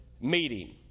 meeting